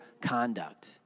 conduct